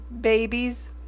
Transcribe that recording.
babies